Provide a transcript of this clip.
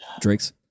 Drake's